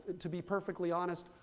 to be perfectly honest,